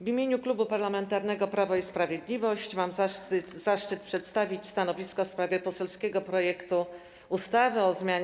W imieniu Klubu Parlamentarnego Prawo i Sprawiedliwość mam zaszczyt przedstawić stanowisko w sprawie poselskiego projektu ustawy o zmianie